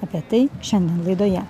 apie tai šiandien laidoje